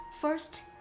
First